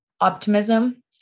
optimism